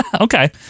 Okay